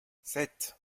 sept